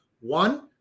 One